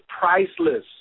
priceless